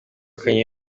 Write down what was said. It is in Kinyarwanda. kanye